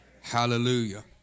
Hallelujah